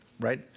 right